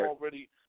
already